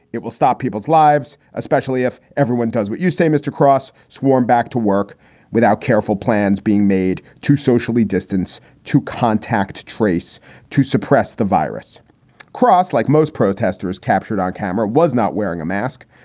it will stop people's lives, especially if everyone does what you say, mr. cross. swarm back to work without careful plans being made to socially distance, to contact trace to suppress the virus cross. like most protesters captured on camera was not wearing a mask.